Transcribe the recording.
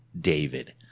David